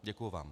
Děkuji vám.